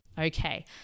Okay